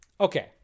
Okay